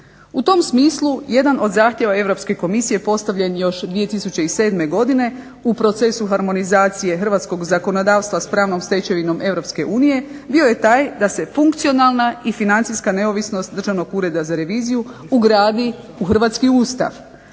U tom smislu jedan od zahtjeva Europske Komisije postavljen još 2007. godine, u procesu harmonizacije hrvatskog zakonodavstva s pravnom stečevinom Europske unije bio je taj da se funkcionalna i financijska neovisnost Državnog ureda za reviziju ugradi u hrvatski Ustav,